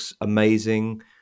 amazing